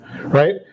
Right